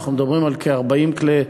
אנחנו מדברים על כ-40,000 כלים,